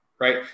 right